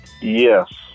Yes